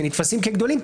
שנתפסים כגדולים,